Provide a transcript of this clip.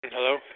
Hello